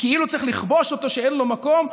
שכאילו צריך לכבוש אותו, שאין לו מקום.